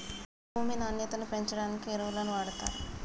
భూమి నాణ్యతను పెంచడానికి ఎరువులను వాడుతారు